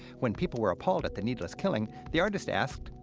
when people were appalled at the needless killing, the artist asked,